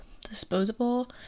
disposable